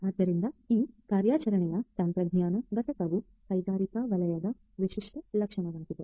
ಆದ್ದರಿಂದ ಈ ಕಾರ್ಯಾಚರಣೆಯ ತಂತ್ರಜ್ಞಾನ ಘಟಕವು ಕೈಗಾರಿಕಾ ವಲಯದ ವಿಶಿಷ್ಟ ಲಕ್ಷಣವಾಗಿದೆ